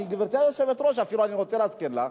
גברתי היושבת-ראש, אני רוצה להזכיר לך,